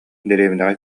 дэриэбинэҕэ